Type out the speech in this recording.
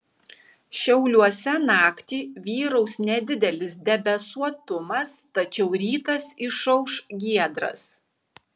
šiauliuose naktį vyraus nedidelis debesuotumas tačiau rytas išauš giedras